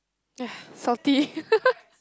salty